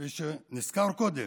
כפי שנזכר קודם,